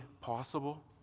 possible